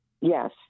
yes